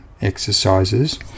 exercises